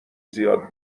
زیاد